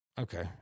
Okay